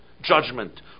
judgment